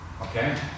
okay